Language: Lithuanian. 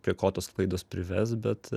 prie ko tos klaidos prives bet